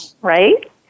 right